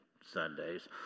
Sundays